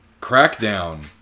Crackdown